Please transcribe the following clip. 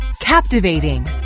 Captivating